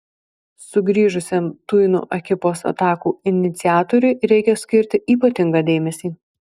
sugrįžusiam tuino ekipos atakų iniciatoriui reikia skirti ypatingą dėmesį